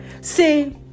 See